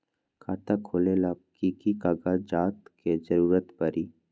खाता खोले ला कि कि कागजात के जरूरत परी?